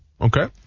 Okay